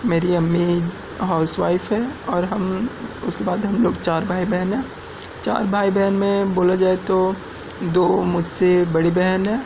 میری امی housewife ہے اور ہم اس کے بعد ہم لوگ چار بھائی بہن ہیں چار بھائی بہن میں بولا جائے تو دو مجھ سے بڑی بہن ہے